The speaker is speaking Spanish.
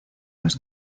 los